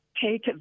Take